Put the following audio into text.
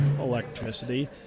electricity